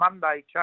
Monday